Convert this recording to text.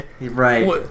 Right